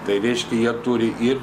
tai reiškia jie turi ir